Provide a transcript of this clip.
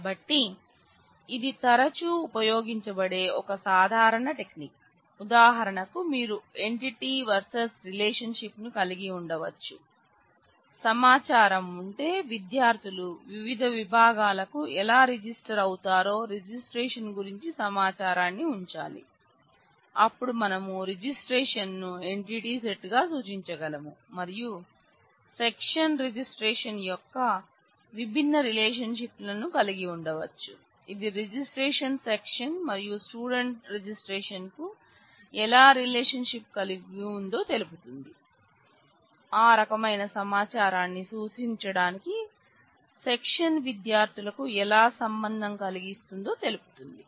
కాబట్టి ఇది తరచూ ఉపయోగించబడే ఒక సాధారణ టెక్నిక్ ఉదాహరణకు మీరు ఎంటిటీలు కలిగి ఉండవచ్చు సమాచారం ఉంటే విద్యార్థులు వివిధ విభాగాలకు ఎలా రిజిస్టర్ అవుతారో రిజిస్ట్రేషన్ గురించి సమాచారాన్ని ఉంచాలి అప్పుడు మనము రిజిస్ట్రేషన్ను ఎంటిటీ సెట్గా సూచించగలము మరియు సెక్షన్ రిజిస్ట్రేషన్ యొక్క విభిన్న రిలేషన్షిప్ లను కలిగి ఉండవచ్చు ఇది రిజిస్ట్రేషన్ సెక్షన్ మరియు స్టూడెంట్ రిజిస్ట్రేషన్ కు ఎలా రిలేషన్షిప్ కలిగి ఉందో తెలుపుతుంది ఆ రకమైన సమాచారాన్ని సూచించడానికి సెక్షన్ విద్యార్థులకు ఎలా సంబంధం కలిగిస్తుందో తెలుపుతుంది